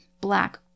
black